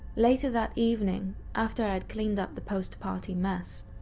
later that evening, after i had cleaned up the post-party mess,